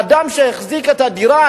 אדם שהחזיק את הדירה,